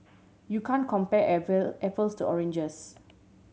you can't compare apple apples to oranges